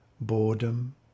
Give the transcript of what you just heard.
boredom